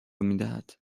میدهد